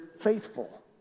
faithful